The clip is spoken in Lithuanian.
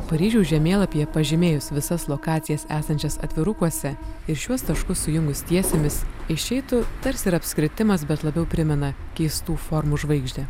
paryžiaus žemėlapyje pažymėjus visas lokacijas esančias atvirukuose ir šiuos taškus sujungus tiesėmis išeitų tarsi apskritimas bet labiau primena keistų formų žvaigždę